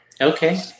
Okay